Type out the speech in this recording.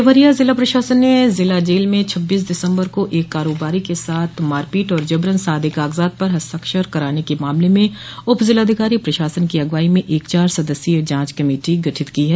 देवरिया ज़िला प्रशासन ने ज़िला जेल में छब्बीस दिसम्बर को एक कारोबारी के साथ मारपीट और जबरन सादे काग़ज़ात पर हस्ताक्षर करान के मामले में उप ज़िलाधिकारी प्रशासन की अगुवाई में एक चार सदस्यीय जांच कमेटी गठित की है